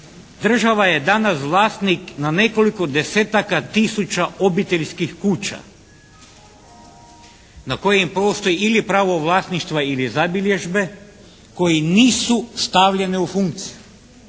država je danas vlasnik na nekoliko desetaka tisuća obiteljskih kuća na kojim postoji ili pravo vlasništva ili zabilježbe koji nisu stavljene u funkciju,